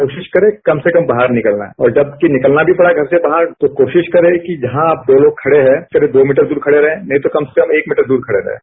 कोशिश करें कम से कम बाहर निकलना है और जबकि निकलना भी पड़ा घर से बाहर तो कोशिश करें कि जहां आप दो लोग खड़े हैं करीब दो मीटर दूर खड़े रहें नहीं तो कम से कम एक मीटर दूर खड़े रहें